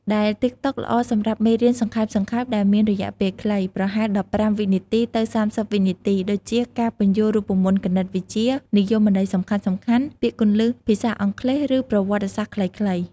ដែលតិកតុក ល្អសម្រាប់មេរៀនសង្ខេបៗដែលមានរយៈពេលខ្លី ប្រហែល១៥ វិនាទី ទៅ ៣០ វិនាទី ដូចជា ការពន្យល់រូបមន្តគណិតវិទ្យា និយមន័យសំខាន់ៗ ពាក្យគន្លឹះភាសាអង់គ្លេស ឬប្រវត្តិសាស្ត្រខ្លីៗ។